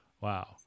Wow